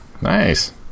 Nice